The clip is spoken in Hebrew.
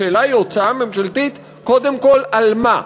השאלה היא: ההוצאה הממשלתית, קודם כול, על מה?